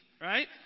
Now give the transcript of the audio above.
right